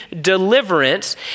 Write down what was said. deliverance